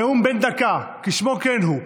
נאום בן דקה, כשמו כן הוא.